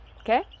okay